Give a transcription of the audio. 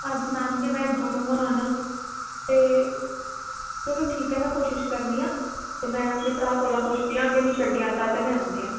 अज्ज मैम जी में दूरुआं आना ते चलो ठीक ऐ में कोशिश करनी आं ते में अपने भ्राऽ कोला पुच्छनी आं अगर मिगी छड्डी आंदा तां में आन्नी आं